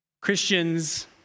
Christians